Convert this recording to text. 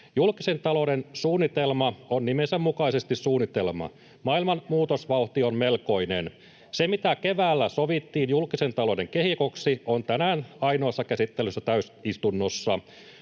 Julkisen talouden suunnitelma on nimensä mukaisesti suunnitelma. Maailman muutosvauhti on melkoinen. Se, mitä keväällä sovittiin julkisen talouden kehikoksi, on tänään ainoassa käsittelyssä täysistunnossa.